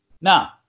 Now